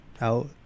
out